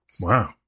Wow